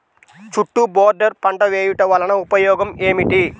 చుట్టూ బోర్డర్ పంట వేయుట వలన ఉపయోగం ఏమిటి?